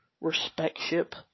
respect-ship